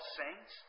saints